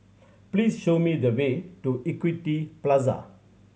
please show me the way to Equity Plaza